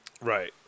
right